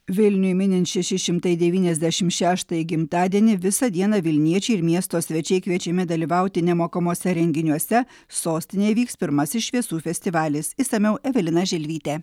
vilniui minint šeši šimtai devyniasdešim šeštąjį gimtadienį visą dieną vilniečiai ir miesto svečiai kviečiami dalyvauti nemokamuose renginiuose sostinėj vyks pirmasis šviesų festivalis išsamiau evelina želvytė